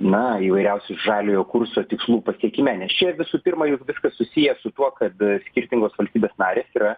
na įvairiausi žaliojo kurso tikslų pasiekime nes čia visų pirma juk viskas susiję su tuo kad skirtingos valstybės narės yra